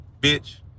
bitch